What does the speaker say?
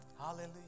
Hallelujah